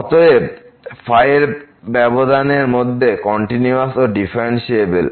অতএব এই ব্যবধান এর মধ্যে কন্টিনিউয়াস ও ডিফারেন্সিএবেল